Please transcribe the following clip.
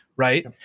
Right